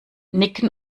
nicken